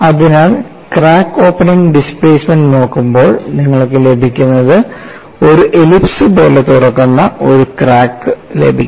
അതിനാൽ crack opening displacement നോക്കുമ്പോൾ നിങ്ങൾക്ക് ലഭിക്കുന്നത് ഒരു എലിപ്സ് പോലെ തുറക്കുന്ന ഒരു ക്രാക്ക് ലഭിക്കും